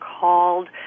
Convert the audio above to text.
called